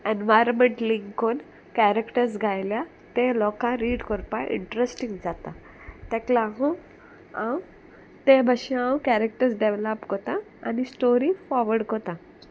environment link कोन characters घायल्या तें लोकांक रीड कोरपा इंट्रस्टींग जाता तेका लागून हांव तें भाशेन हांव कॅरेक्टर्स डेवलॉप कोता आनी स्टोरी फॉवर्ड कोता